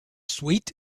sweet